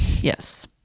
yes